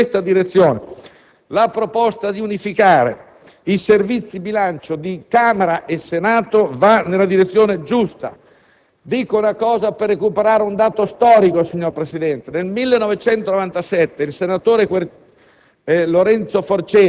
la Commissione bilancio. In questa direzione, la proposta di unificare i Servizi bilancio di Camera e Senato va nella direzione giusta. Cito un fatto per recuperare un dato storico, signor Presidente: nel 1997, il senatore